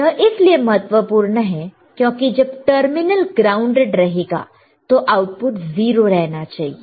यह इसलिए महत्वपूर्ण है क्योंकि जब टर्मिनल ग्राउंडेड रहेगा तो आउटपुट 0 रहना चाहिए